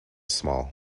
small